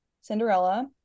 Cinderella